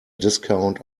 discount